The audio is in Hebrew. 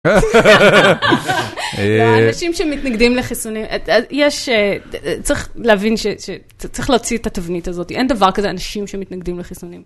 או אנשים שמתנגדים לחיסונים, צריך להבין שצריך להוציא את התבנית הזאת, אין דבר כזה, אנשים שמתנגדים לחיסונים.